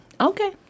okay